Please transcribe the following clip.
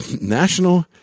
National